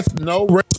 no